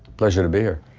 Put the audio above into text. pleasure to be here.